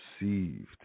received